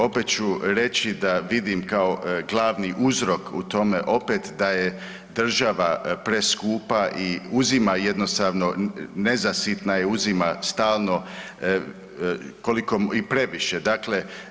Opet ću reći da vidim kao glavni uzrok u tome opet da je država preskupa i uzima jednostavno, nezasitna je, uzima stalno koliko i i previše, dakle.